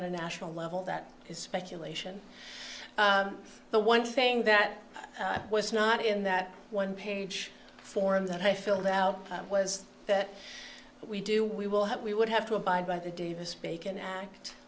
a national level that is speculation the one thing that was not in that one page form that i filled out was that we do we will have we would have to abide by the davis bacon act